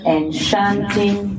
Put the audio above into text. enchanting